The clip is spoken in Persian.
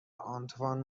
آنتوان